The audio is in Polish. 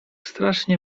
strasznie